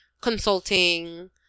consulting